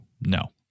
No